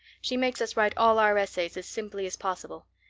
she makes us write all our essays as simply as possible.